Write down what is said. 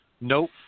Nope